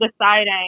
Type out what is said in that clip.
deciding